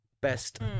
Best